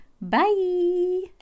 Bye